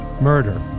Murder